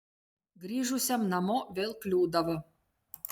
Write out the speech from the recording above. grįžusiam namo vėl kliūdavo